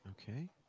Okay